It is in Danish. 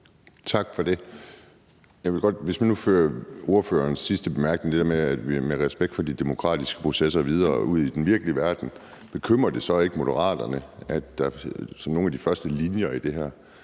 Tak for det. Hvis man nu fører ordførerens sidste bemærkning, altså det der med respekt for de demokratiske processer, videre ud i den virkelige verden, bekymrer det så ikke Moderaterne, at der i nogle af de første linjer i det her